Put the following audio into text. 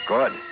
Good